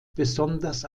besonders